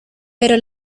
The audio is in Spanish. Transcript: pero